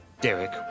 Derek